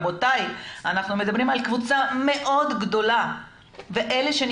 אנחנו מדברים על קבוצה מאוד גדולה ואלה אנשים